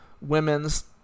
women's